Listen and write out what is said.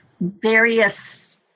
various